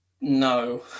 no